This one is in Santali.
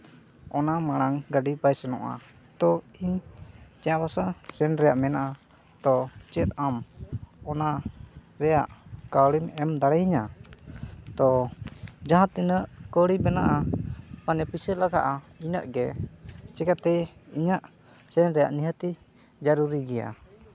ᱚᱱᱟ ᱢᱟᱲᱟᱝ ᱜᱟᱹᱰᱤ ᱵᱟᱭ ᱥᱮᱱᱚᱜᱼᱟ ᱛᱚ ᱤᱧ ᱪᱟᱭᱵᱟᱥᱟ ᱥᱮᱱ ᱨᱮᱭᱟᱜ ᱢᱮᱱᱟᱜ ᱛᱚ ᱪᱮᱫ ᱟᱢ ᱚᱱᱟ ᱨᱮᱭᱟᱜ ᱠᱟᱹᱣᱰᱤᱢ ᱮᱢ ᱫᱟᱲᱮᱭᱤᱧᱟ ᱛᱚ ᱡᱟᱦᱟᱸ ᱛᱤᱱᱟᱹᱜ ᱠᱟᱣᱲᱤ ᱵᱮᱱᱟᱜᱼᱟ ᱢᱟᱱᱮ ᱯᱩᱭᱥᱟᱹ ᱞᱟᱜᱟᱜᱼᱟ ᱤᱱᱟᱹᱜ ᱜᱮ ᱪᱤᱠᱟᱹᱛᱮ ᱤᱧᱟᱹᱜ ᱥᱮᱱ ᱨᱮᱭᱟᱜ ᱱᱤᱦᱟᱹᱛᱤ ᱡᱟᱹᱨᱩᱨᱤ ᱜᱮᱭᱟ